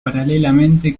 paralelamente